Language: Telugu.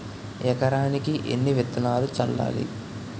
ఎకరానికి ఎన్ని విత్తనాలు చల్లాలి?